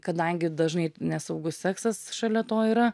kadangi dažnai nesaugus seksas šalia to yra